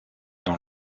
dans